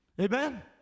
Amen